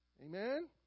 Amen